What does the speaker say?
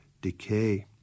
decay